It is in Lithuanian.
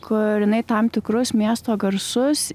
kur jinai tam tikrus miesto garsus